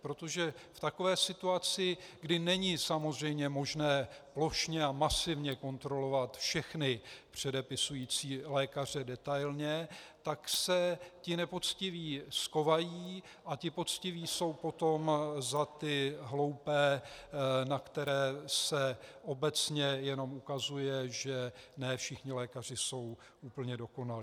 Protože v takové situaci, kdy není samozřejmě možné plošně a masivně kontrolovat všechny předepisující lékaře detailně, tak se ti nepoctiví schovají a ti poctiví jsou potom za ty hloupé, na které se obecně jenom ukazuje, že ne všichni lékaři jsou úplně dokonalí.